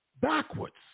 backwards